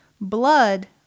blood